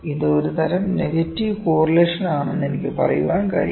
ഇത് ഒരു തരം നെഗറ്റീവ് കോറിലേഷൻ ആണെന്ന് എനിക്ക് പറയാൻ കഴിയും